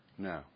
No